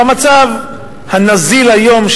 במצב הנזיל היום,